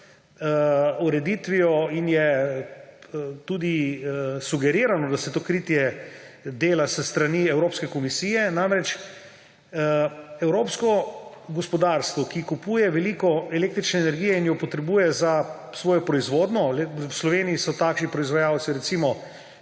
ureditvijo in je tudi sugerirano, da se to kritje dela s strani Evropske komisije. Namreč, evropsko gospodarstvo, ki kupuje veliko električne energije in jo potrebuje za svojo proizvodnjo ‒ v Sloveniji so takšni proizvajalci, recimo,